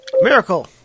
Miracle